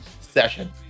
session